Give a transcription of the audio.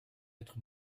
êtes